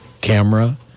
camera